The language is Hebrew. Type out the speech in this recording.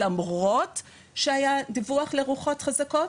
למרות שהיה דיווח לרוחות חזקות